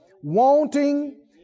wanting